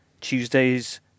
Tuesday's